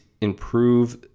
improve